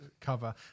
cover